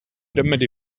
remedy